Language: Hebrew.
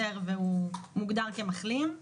(תיקון מס 4),